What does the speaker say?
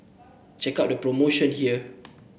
check out the promotion here